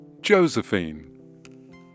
Josephine